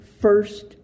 first